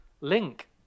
link